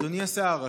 אדוני השר,